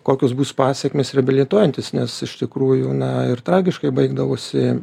kokios bus pasekmės reabilituojantis nes iš tikrųjų na ir tragiškai baigdavosi